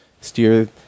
steer